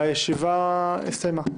אני מודה לכולם, הישיבה הסתיימה.